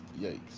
Yikes